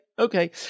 Okay